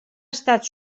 estat